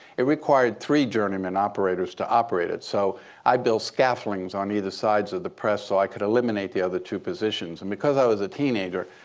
it required three journeymen operators to operate it. so i built scaffoldings on either sides of the press so i could eliminate the other two positions. and because i was a teenager,